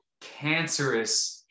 cancerous